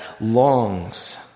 longs